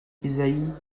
isaïe